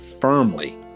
firmly